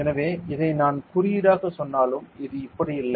எனவே இதை நான் குறியீடாகச் சொன்னாலும் இது இப்படி இல்லை